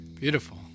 Beautiful